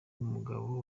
umugabo